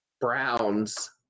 Browns